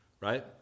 right